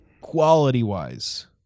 Quality-wise